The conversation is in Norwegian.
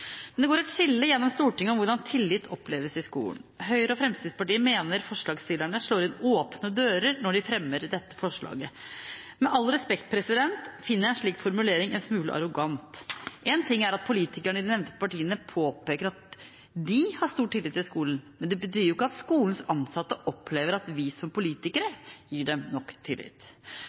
Men det går et skille gjennom Stortinget når det gjelder hvordan tillit oppleves i skolen. Høyre og Fremskrittspartiet mener forslagsstillerne slår inn åpne dører når de fremmer dette forslaget. Med all respekt, jeg finner en slik formulering en smule arrogant. Én ting er at politikerne i de nevnte partiene påpeker at de har stor tillit til skolen, men det betyr ikke at skolens ansatte opplever at vi som politikerne gir dem nok tillit.